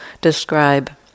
describe